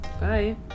Bye